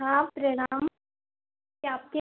हाँ प्रणाम क्या आपके